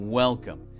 welcome